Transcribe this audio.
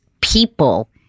people